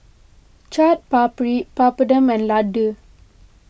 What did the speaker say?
Chaat Papri Papadum and Ladoo